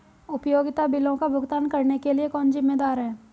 उपयोगिता बिलों का भुगतान करने के लिए कौन जिम्मेदार है?